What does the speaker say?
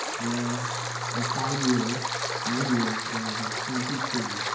where of five years five years where i had twenty two